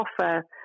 offer